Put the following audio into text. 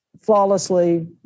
flawlessly